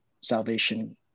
salvation